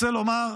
רוצה לומר,